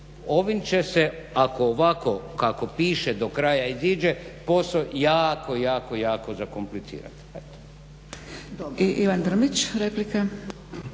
Ovim će se, ako ovako kako piše do kraja izađe, posao jako, jako, jako zakomplicirati.